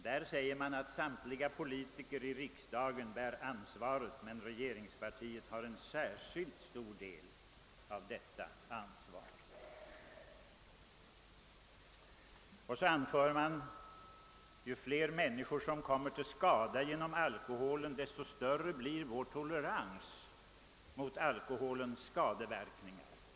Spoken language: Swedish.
Det heter där att samtliga politiker i riksdagen bär ansvaret men att regeringspartiet bär en särskilt stor del. Vidare heter det att ju fler människor som kommer till skada genom alkoholen, desto större blir vår tolerans mot alkoholens skadeverkningar.